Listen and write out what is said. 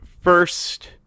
first